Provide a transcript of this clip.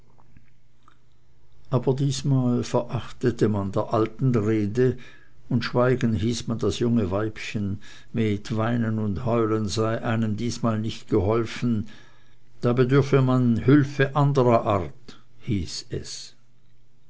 aber diesmal verachtete man der alten rede und schweigen hieß man das junge weibchen mit weinen und heulen sei einem diesmal nicht geholfen da bedürfe man hülfe anderer art hieß es